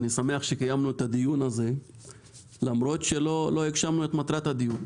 אני שמח שקיימנו את הדיון הזה למרות שלא הגשמנו את מטרת הדיון.